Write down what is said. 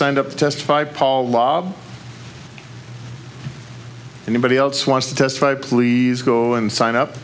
signed up to testify paul law anybody else wants to testify please go and sign up